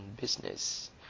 business